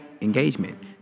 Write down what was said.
engagement